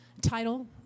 title